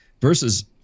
versus